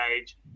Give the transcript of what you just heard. age